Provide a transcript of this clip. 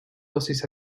dosis